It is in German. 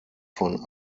von